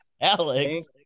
Alex